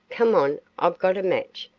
come on, i've got a match.